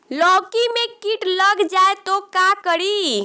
लौकी मे किट लग जाए तो का करी?